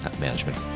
Management